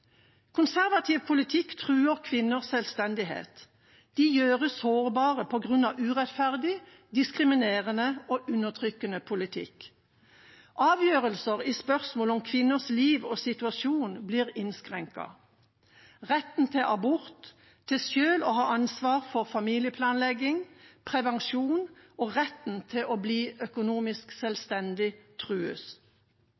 Konservativ politikk truer kvinners selvstendighet. De gjøres sårbare på grunn av urettferdig, diskriminerende og undertrykkende politikk. Avgjørelser i spørsmål om kvinners liv og situasjon blir innskrenket. Retten til abort, til selv å ha ansvar for familieplanlegging og prevensjon, og retten til å bli økonomisk